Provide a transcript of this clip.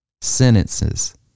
Sentences